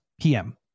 PM